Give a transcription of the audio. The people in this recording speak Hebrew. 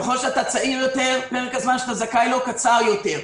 ככול שאתה צעיר יותר פרק הזמן שאתה זכאי לו קצר יותר.